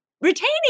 retaining